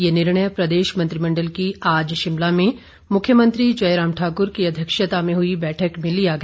ये निर्णय प्रदेश मंत्रिमंडल की आज शिमला में मुख्यमंत्री जयराम ठाक्र की अध्यक्षता में हुई बैठक में लिया गया